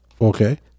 Okay